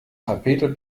tapete